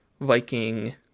Viking